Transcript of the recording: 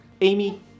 Amy